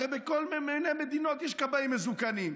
הרי בכל מדינות יש כבאים מזוקנים.